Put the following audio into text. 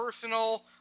personal